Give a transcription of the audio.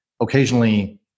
occasionally